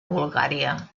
bulgària